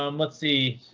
um let's see.